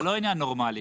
זה לא עניין נורמלי,